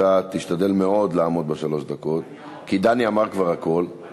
אתה תשתדל מאוד לעמוד בשלוש דקות, אני אעמוד, אני